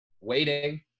waiting